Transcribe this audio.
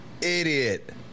Idiot